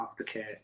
aftercare